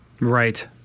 Right